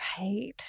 Right